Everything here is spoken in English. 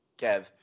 Kev